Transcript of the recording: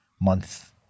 month